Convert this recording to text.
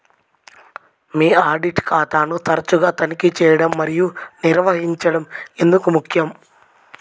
మీ audit ఖాతాను తరచుగా తనిఖీ చేయడం మరియు నిర్వహించడం ఎందుకు ముఖ్యం?